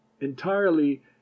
entirely